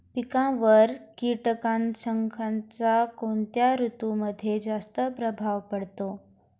पिकांवर कीटकनाशकांचा कोणत्या ऋतूमध्ये जास्त प्रभाव पडतो?